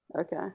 okay